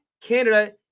Canada